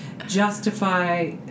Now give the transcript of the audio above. justify